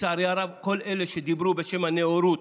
לצערי הרב, כל אלה שדיברו בשם הנאורות,